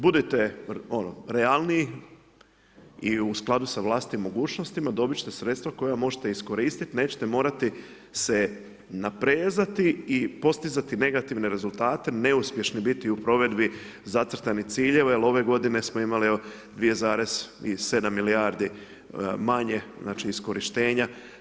Budite ono realni, i u skladu sa vlastitim mogućnostima, dobiti ćete sredstva koja možete iskoristiti, nećete morati se naprezati i postizati negativne rezultate, neuspješne biti u provedbi zacrtanih ciljeva, jer ove g. smo imali evo 2,7 milijardi manje iskorištenja.